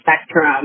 spectrum